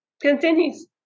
continues